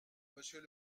monsieur